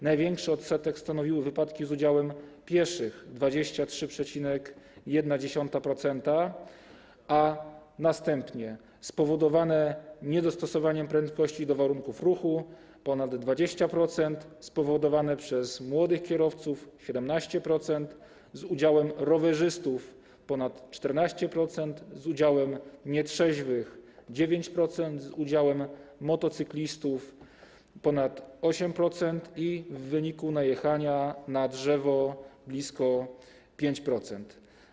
Największy odsetek stanowiły wypadki z udziałem pieszych - 23,1%, następnie spowodowane niedostosowaniem prędkości do warunków ruchu - ponad 20%, spowodowane przez młodych kierowców - 17%, z udziałem rowerzystów - ponad 14%, z udziałem nietrzeźwych - 9%, z udziałem motocyklistów - ponad 8%, i w wyniku najechania na drzewo - blisko 5%.